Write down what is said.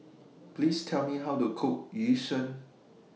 Please Tell Me How to Cook Yu Sheng